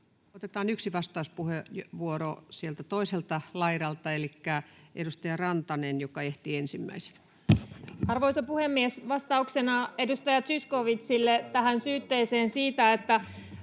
Otetaan yksi vastauspuheenvuoro sieltä toiselta laidalta, elikkä edustaja Rantanen, joka ehti ensimmäisenä. Arvoisa puhemies! Vastauksena edustaja Zyskowiczille tähän syytteeseen siitä, että